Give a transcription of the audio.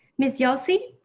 miss yelsey.